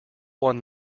one